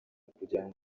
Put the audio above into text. kugirango